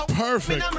perfect